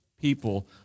people